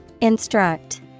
Instruct